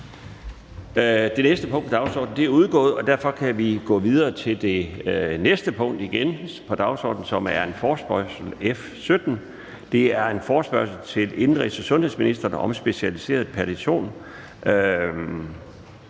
på dagsordenen er udgået. Derfor kan vi gå videre til det næste punkt igen på dagsordenen, som er forespørgsel nr. F 17. Det er en forespørgsel til indenrigs- og sundhedsministeren om specialiseret palliation.